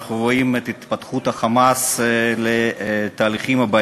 ואנחנו רואים את "חמאס" מתחמש, לא מצטרפים עד,